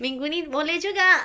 minggu ni boleh juga